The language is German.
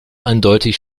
eindeutig